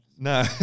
No